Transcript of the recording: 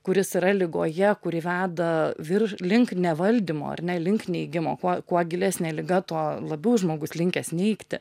kuris yra ligoje kuri veda vir link nevaldymo ar ne link neigimo kuo gilesnė liga tuo labiau žmogus linkęs neigti